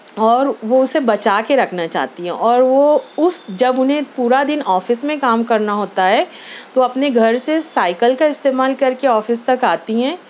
اور وہ اُسے بچا کے رکھنا چاہتی ہیں اور وہ اُس جب اُنہیں پورا دِن آفس میں کام کرنا ہوتا ہے تو اپنے گھر سے سائیکل کا استعمال کر کے آفس تک آتی ہیں